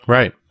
Right